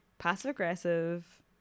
Passive-aggressive